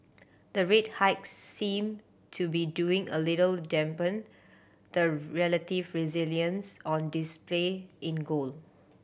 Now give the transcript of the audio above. the rate hikes seem to be doing a little dampen the relative resilience on display in gold